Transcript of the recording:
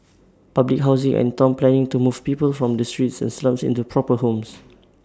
public housing and Town planning to move people from the streets and slums into proper homes